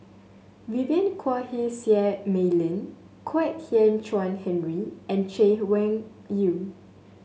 Vivien Quahe Seah Mei Lin Kwek Hian Chuan Henry and Chay Weng Yew